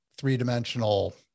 three-dimensional